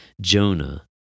Jonah